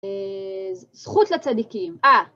זכות לצדיקים, אה